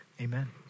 amen